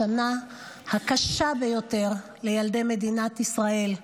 השנה הקשה ביותר לילדי מדינת ישראל,